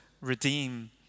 redeem